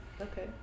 okay